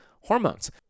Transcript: hormones